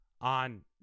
on